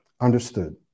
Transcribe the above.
Understood